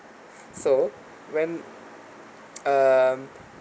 so when um